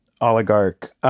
oligarch—